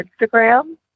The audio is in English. Instagram